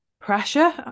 pressure